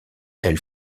elle